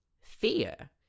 Fear